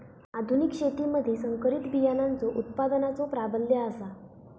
आधुनिक शेतीमधि संकरित बियाणांचो उत्पादनाचो प्राबल्य आसा